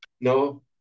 No